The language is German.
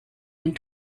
den